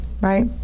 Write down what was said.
Right